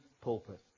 pulpit